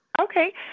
Okay